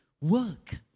work